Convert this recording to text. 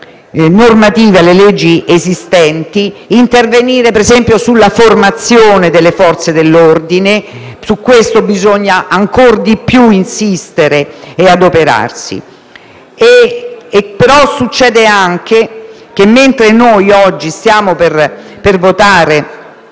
normative alle leggi esistenti, intervenire per esempio sulla formazione delle Forze dell'ordine e per questo bisogna ancor di più insistere e adoperarsi. Succede anche che mentre noi oggi stiamo per votare